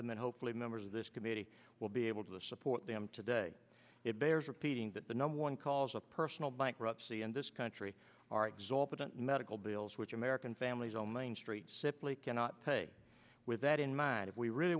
them and hopefully members of this committee will be able to support them today it bears repeating that the number one cause of personal bankruptcy in this country are exorbitant medical bills which american families on main street simply cannot pay with that in mind if we really